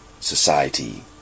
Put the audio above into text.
society